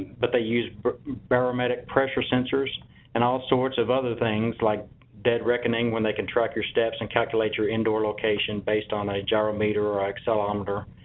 but they use barometric pressure sensors and all sorts of other things like dead reckoning when they can track your steps and calculate your indoor location based on a gyro meter or accelerometer